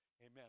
Amen